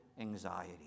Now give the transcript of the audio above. anxiety